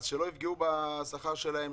אז שלא יפגעו בשכר שלהם,